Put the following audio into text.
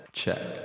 check